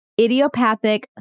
idiopathic